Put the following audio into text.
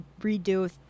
redo